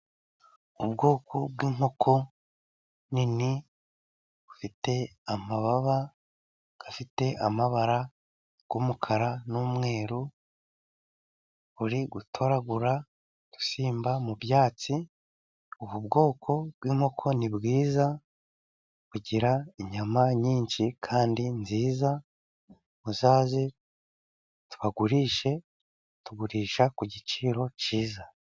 Ubwoko bw'inkoko nini bufite amababa afite amabara y'umukara n'umweru buri gutoragura udusimba mu byatsi. Ybu bwoko bw'inkoko ni bwiza, bugira inyama nyinshi kandi nziza uzaze tukugurishe, tugurisha ku giciro cyiza.